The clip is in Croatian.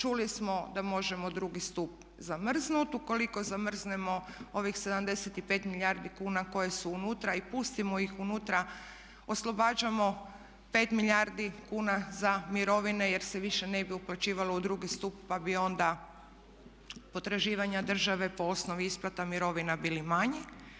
Čuli smo da možemo drugi stup zamrznut, ukoliko zamrznemo ovih 75 milijardi kuna koje su unutra i pustimo ih unutra oslobađamo 5 milijardi kuna za mirovine jer se više ne bi uplaćivalo u drugi stup pa bi onda potraživanja države po osnovi isplata mirovina bili manji.